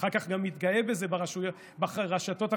ואחר כך גם מתגאה בזה ברשתות החברתיות: